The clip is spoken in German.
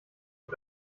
und